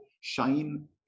shine